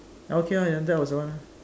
okay ya that was the one